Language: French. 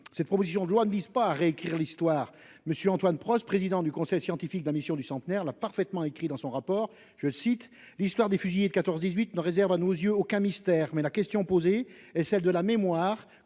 cette proposition de loi ne vise pas à réécrire l'histoire. Monsieur Antoine Prost, président du conseil scientifique de la Mission du centenaire là parfaitement écrit dans son rapport je cite l'histoire des fusillés de 14 18 ne réserve à nos yeux aucun mystère. Mais la question posée est celle de la mémoire